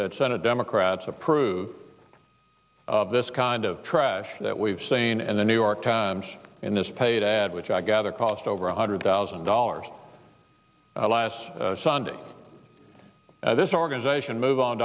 that senate democrats approve this kind of trash that we've seen and the new york times in this paid ad which i gather cost over one hundred thousand dollars last sunday this organization move on